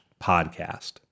podcast